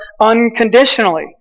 unconditionally